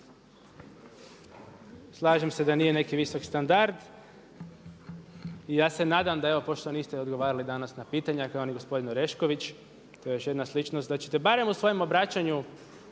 slažem se da nije neki visoki standard i ja se nadam da evo pošto niste danas odgovarali na pitanja kao ni gospodin Orešković, to je još jedna sličnost, da ćete barem u svojem obraćanju